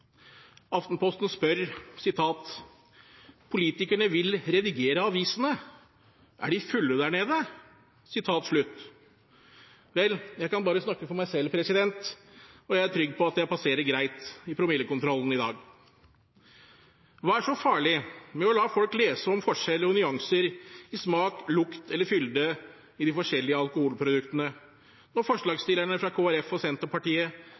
Aftenposten spør: «Politikere vil redigere avisene. Er de fulle der nede?» Vel, jeg kan bare snakke for meg selv, og jeg er trygg på at jeg passerer greit i promillekontrollen i dag. Hva er så farlig med å la folk lese om forskjell og nyanser i smak, lukt eller fylde i de forskjellige alkoholproduktene, når forslagsstillerne fra Kristelig Folkeparti og Senterpartiet,